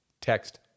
Text